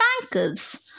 bankers